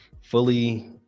fully